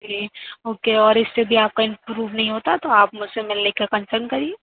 جی okay اور اِس سے بھی آپ کا امپروب نہیں ہوتا تو آپ مجھ سے ملنے کا کنسرن کریے